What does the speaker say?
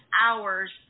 hours